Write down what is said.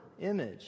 image